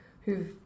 who've